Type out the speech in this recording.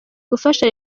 gufasha